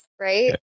right